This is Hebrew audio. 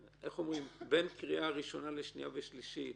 בין הקריאה הראשונה לשנייה ושלישית